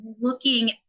looking